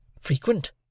frequent